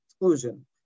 exclusion